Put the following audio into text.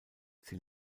sie